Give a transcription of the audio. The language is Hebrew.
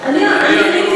אני אומר לך,